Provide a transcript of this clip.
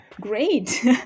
Great